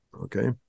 okay